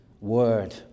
word